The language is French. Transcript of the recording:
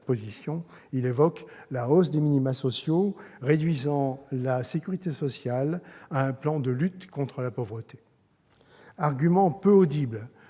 position, il évoque la hausse des minima sociaux, réduisant la sécurité sociale à un plan de lutte contre la pauvreté, argument peu audible